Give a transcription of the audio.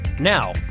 Now